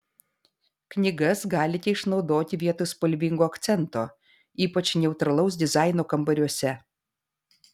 knygas galite išnaudoti vietoj spalvingo akcento ypač neutralaus dizaino kambariuose